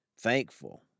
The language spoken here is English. thankful